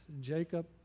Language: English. Jacob